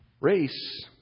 race